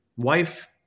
wife